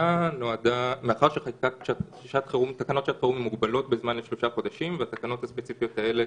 מאחר שתקנות שעת חירום מוגבלות לשלושה חודשים והתקנות הספציפיות האלה